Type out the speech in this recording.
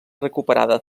recuperada